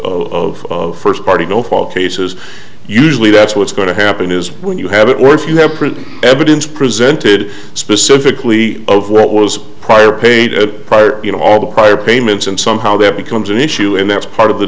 of of first party go fall cases usually that's what's going to happen is when you have it worse you have pretty evidence presented specifically of what was prior paid it prior you know all the prior payments and somehow that becomes an issue and that's part of the